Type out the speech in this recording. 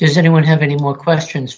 does anyone have any more questions